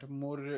more